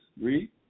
Read